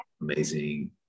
Amazing